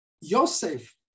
Yosef